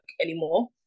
anymore